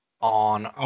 on